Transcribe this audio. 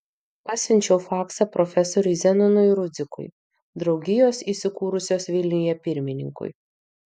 pasiunčiau faksą profesoriui zenonui rudzikui draugijos įsikūrusios vilniuje pirmininkui